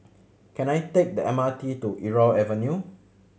can I take the M R T to Irau Avenue